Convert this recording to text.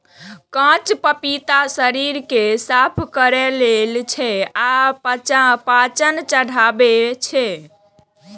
कांच पपीता शरीर कें साफ करै छै आ पाचन बढ़ाबै छै